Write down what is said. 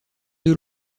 deux